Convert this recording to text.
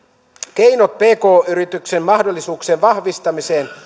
keinot pk yrityksen mahdollisuuksien vahvistamiseen